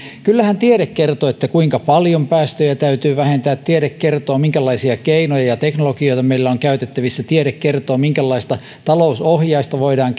kyllähän tiede kertoo kuinka paljon päästöjä täytyy vähentää tiede kertoo minkälaisia keinoja ja teknologioita meillä on käytettävissä tiede kertoo minkälaista talousohjausta voidaan